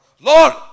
Lord